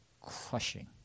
crushing